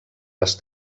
les